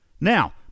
Now